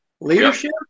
leadership